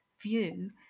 view